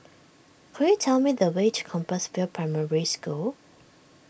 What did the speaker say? could you tell me the way to Compassvale Primary School